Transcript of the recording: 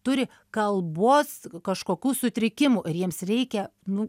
turi kalbos kažkokių sutrikimų ir jiems reikia nu